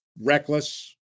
reckless